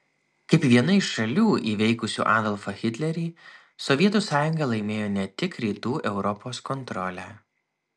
kaip viena iš šalių įveikusių adolfą hitlerį sovietų sąjunga laimėjo ne tik rytų europos kontrolę